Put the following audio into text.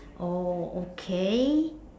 oh okay